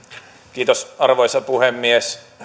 kiitos arvoisa puhemies